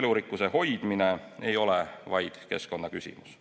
Elurikkuse hoidmine ei ole vaid keskkonnaküsimus.